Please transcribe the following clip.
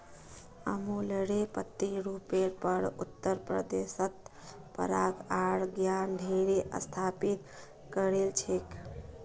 अमुलेर प्रतिरुपेर पर उत्तर प्रदेशत पराग आर ज्ञान डेरी स्थापित करील छेक